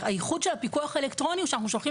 הייחוד של הפיקוח האלקטרוני הוא שאנחנו שולחים